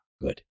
good